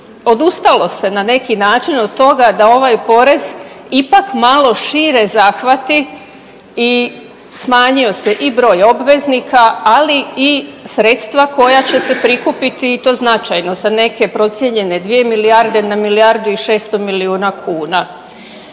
odustalo se na neki način od toga da ovaj porez ipak malo šire zahvati i smanjio se i broj obveznika, ali i sredstva koja će se prikupiti i to značajno sa neke procijenjene 2 milijarde na milijardu i 600 milijuna kuna.